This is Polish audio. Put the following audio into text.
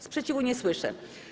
Sprzeciwu nie słyszę.